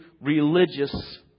religious